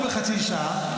יאחרו בחצי שעה.